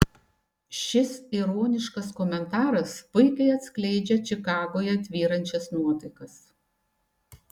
šis ironiškas komentaras puikiai atskleidžia čikagoje tvyrančias nuotaikas